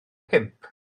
pump